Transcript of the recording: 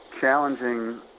challenging